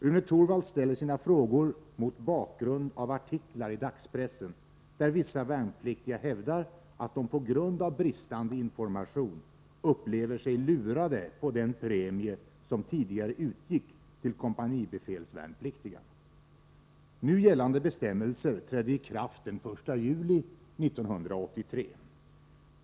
Rune Torwald ställer sina frågor mot bakgrund av artiklar i dagspressen där vissa värnpliktiga hävdar att de på grund av brist på information upplever sig lurade på den premie som tidigare utgick till kompanibefälsvärnpliktiga. Nu gällande bestämmelser trädde i kraft den 1 juli 1983.